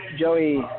Joey